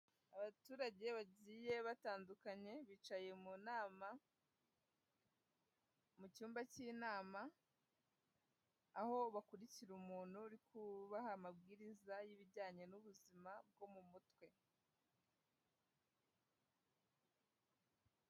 Abaturage bagiye batandukanye bicaye mu nama, mu cyumba cy'inama, aho bakurikira umuntu uri kubaha amabwiriza y'ibijyanye n'ubuzima bwo mu mutwe.